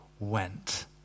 went